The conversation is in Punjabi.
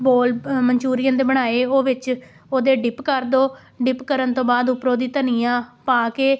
ਬੋਲ ਮਨਚੂਰੀਅਨ ਦੇ ਬਣਾਏ ਉਹ ਵਿੱਚ ਉਹਦੇ ਡਿੱਪ ਕਰ ਦਿਉ ਡਿੱਪ ਕਰਨ ਤੋਂ ਬਾਅਦ ਉੱਪਰੋਂ ਦੀ ਧਨੀਆ ਪਾ ਕੇ